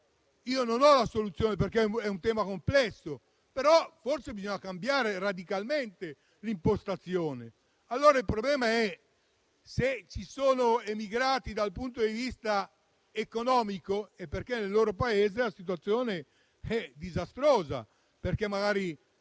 non ho la soluzione, perché è un tema complesso, però forse bisogna cambiare radicalmente l'impostazione. Il problema è che ci sono migranti economici perché nel loro Paese la situazione è disastrosa, magari,